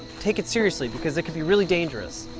take it seriously, because it can be really dangerous.